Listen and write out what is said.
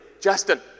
Justin